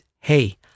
hey